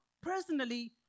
personally